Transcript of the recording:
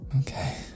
Okay